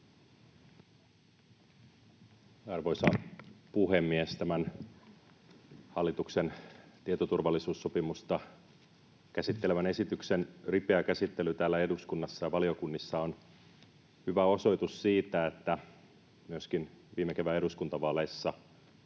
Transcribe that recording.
Arvoisa puhemies! Tämän hallituksen tietoturvallisuussopimusta käsittelevän esityksen ripeä käsittely täällä eduskunnassa ja valiokunnissa on hyvä osoitus siitä, että myöskin viime kevään eduskuntavaaleissa